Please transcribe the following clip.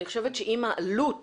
אני חושבת שאם העלות